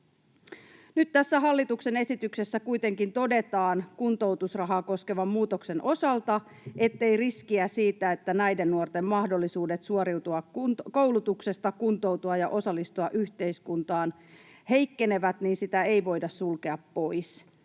Nyt tässä hallituksen esityksessä kuitenkin todetaan kuntoutusrahaa koskevan muutoksen osalta, ettei riskiä siitä, että näiden nuorten mahdollisuudet suoriutua koulutuksesta, kuntoutua ja osallistua yhteiskuntaan heikkenevät, voida sulkea pois.